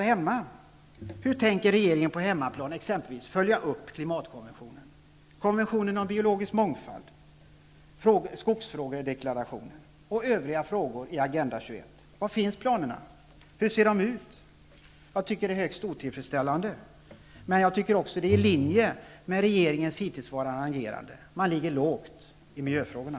Hur tänker regeringen exempelvis på hemmaplan följa upp klimatkonventionen, konventionen om biologisk mångfald, skogsfrågedeklarationen och övriga frågor i Agenda 21? Var finns planerna? Hur ser de ut? Jag tycker att detta är högst otillfredsställande, men jag tycker också att det ligger helt i linje med regeringens hittillsvarande agerande. Man ligger lågt i miljöfrågorna!